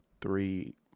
three